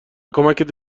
کمکت